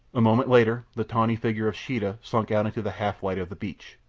a moment later the tawny figure of sheeta slunk out into the half-light of the beach.